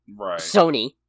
Sony